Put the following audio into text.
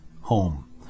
home